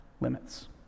limits